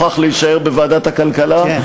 עם מספר מזל כזה זה מוכרח להישאר בוועדת הכלכלה.